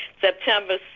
September